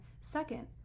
Second